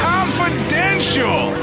Confidential